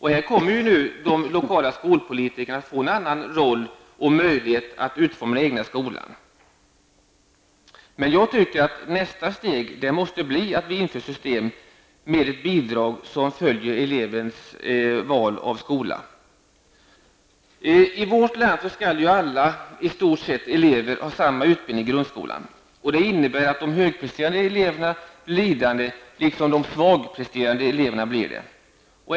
Här kommer de lokala skolpolitikerna att få en annan roll och möjlighet att utforma den egna skolan. Nästa steg måste bli att vi inför ett system med ett bidrag som följer elevens val av skola. I vårt land skall i stort sett alla elever ha samma utbildning i grundskolan. Det innebär att de högpresterande liksom de svagpresterande eleverna blir lidande.